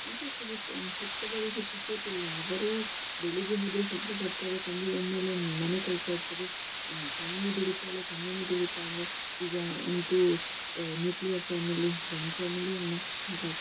ಎಂಥ ಆಗ್ತದೆ ಪ ಹೆತ್ತವರಿಗೆ ಪುರ್ಸೊತ್ತು ಇಲ್ಲ ಅವರು ಬೆಳಿಗ್ಗೆ ಹೋದರೆ ಸಂಜೆ ಬರ್ತಾರೆ ಸಂಜೆ ಬಂದಮೇಲೆ ಮನೆ ಕೆಲಸ ಇರ್ತದೆ ತಾಯಿನೂ ದುಡಿತಾಳೆ ತಂದೆನೂ ದುಡಿತಾನೆ ಈಗ ಅಂತೂ ನ್ಯೂಕ್ಲಿಯರ್ ಫ್ಯಾಮಿಲಿ ಜಾಯಿಂಟ್ ಫ್ಯಾಮಿಲಿ ಅಲ್ಲ ಹಾಗಾಗಿ